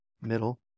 Middle